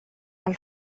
els